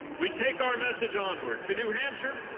we take our message on where to new hampshire,